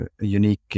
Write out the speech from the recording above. unique